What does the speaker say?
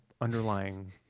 underlying